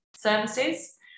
services